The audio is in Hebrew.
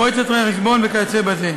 מועצת רואי-חשבון וכיוצא בזה,